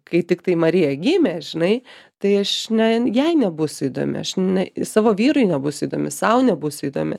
kai tiktai marija gimė žinai tai aš ne jai nebūsiu įdomi aš ne savo vyrui nebūsiu įdomi sau nebūsiu įdomi